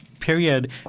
period